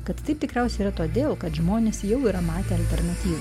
kad taip tikriausiai todėl kad žmonės jau yra matę alternatyvų